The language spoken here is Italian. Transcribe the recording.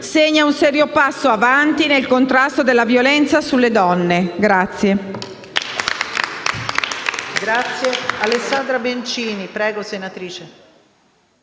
segna un serio passo avanti nel contrasto alla violenza sulle donne.